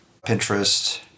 Pinterest